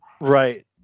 Right